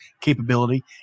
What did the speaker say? capability